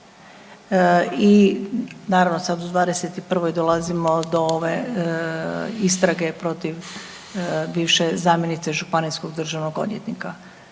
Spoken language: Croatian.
i naravno, sad u '21. dolazimo do ove istrage protiv bivše zamjenice županijskog državnog odvjetnika.